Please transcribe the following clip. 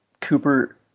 Cooper